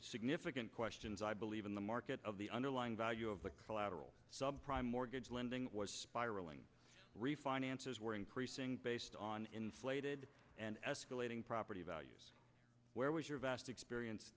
significant questions i believe in the market of the underlying value of the collateral sub prime mortgage lending spiral refinances we're increasing based on inflated and escalating property values where was your vast experience